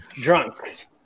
drunk